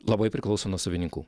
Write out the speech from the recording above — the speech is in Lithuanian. labai priklauso nuo savininkų